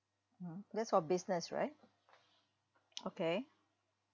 mm that's for business right okay